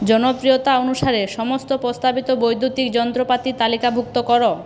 জনপ্রিয়তা অনুসারে সমস্ত প্রস্তাবিত বৈদ্যুতিক যন্ত্রপাতি তালিকাভুক্ত করো